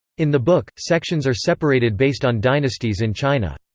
in the book, sections are separated based on dynasties in china.